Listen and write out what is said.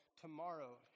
tomorrow